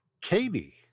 Katie